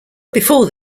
before